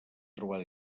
trobar